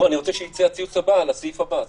לא, אני רוצה שיצא הציוץ הבא על הסעיף הבא.